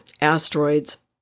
asteroids